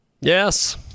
Yes